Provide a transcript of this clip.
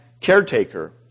caretaker